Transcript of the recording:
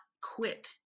quit